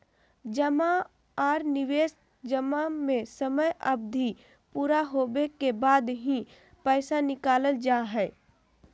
जमा आर निवेश जमा में समय अवधि पूरा होबे के बाद ही पैसा निकालल जा हय